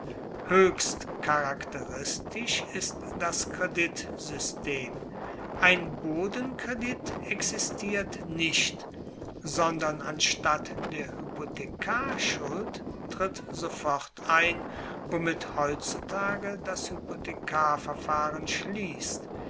hoechst charakteristisch ist das kreditsystem ein bodenkredit existiert nicht sondern anstatt der hypothekarschuld tritt sofort ein womit heutzutage das hypothekarverfahren schliesst